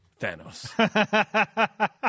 Thanos